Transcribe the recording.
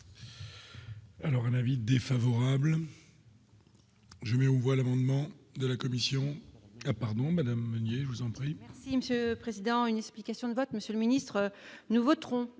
Alors un avis défavorable je vous voilà grandement de la commission ah pardon madame Meunier, je vous en prie. Si Monsieur Président une explication de vote Monsieur le ministre nous voterons